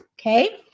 Okay